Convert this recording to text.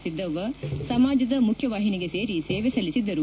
ಸಿದ್ದವ್ವ ಸಮಾಜದ ಮುಖ್ಯವಾಹಿನಿಗೆ ಸೇರಿ ಸೇವೆ ಸಲ್ಲಿಸಿದ್ದರು